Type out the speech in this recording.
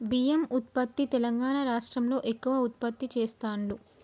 బియ్యం ఉత్పత్తి తెలంగాణా రాష్ట్రం లో ఎక్కువ ఉత్పత్తి చెస్తాండ్లు